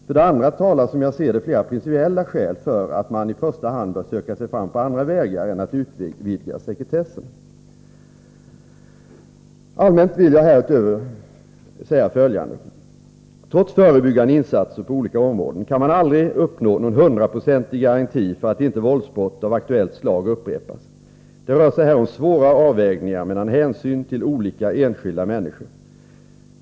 För det andra talar som jag ser det flera principella skäl för att mani första hand bör söka sig fram på andra vägar än att utvidga sekretessen. Allmänt vill jag härutöver säga följande. Trots förebyggande insatser på olika områden kan man aldrig uppnå någon hundraprocentig garanti för att inte våldsbrott av aktuellt slag upprepas. Det rör sig här om svåra avvägningar mellan hänsyn till olika enskilda människor.